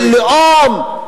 של לאום.